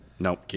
Nope